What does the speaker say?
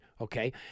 okay